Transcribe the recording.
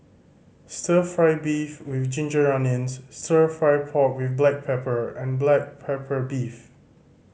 Stir Fry beef with ginger onions Stir Fry pork with black pepper and black pepper beef